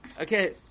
okay